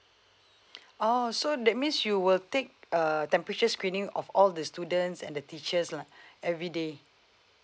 oh so that means you will take uh temperature screening of all the students and the teachers lah everyday